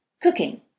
cooking